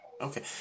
okay